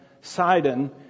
Sidon